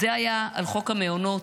אז זה היה על חוק המעונות,